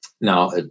now